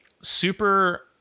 super